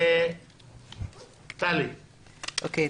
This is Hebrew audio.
טלי, בבקשה.